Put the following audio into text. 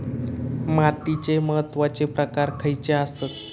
मातीचे महत्वाचे प्रकार खयचे आसत?